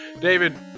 David